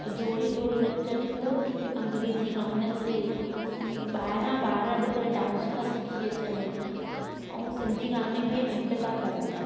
जोड़ियूं जोड़ियूं नचनि थियूं अंग्रेजी गाननि ते ॿाहिरां ॿार अॼुकल्ह डांसूं था सिखी अचनि ऐं सिंधी गाने में घटि था करनि